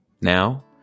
Now